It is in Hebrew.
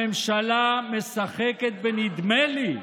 הממשלה משחקת בנדמה לי,